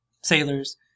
sailors